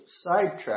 sidetrack